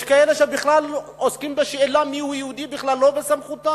יש כאלה שעוסקים בשאלה מיהו יהודי וזה לא בסמכותם.